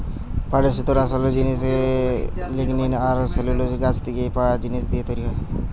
পাটের সুতোর আসোল জিনিস লিগনিন আর সেলুলোজ গাছ থিকে পায়া জিনিস দিয়ে তৈরি হয়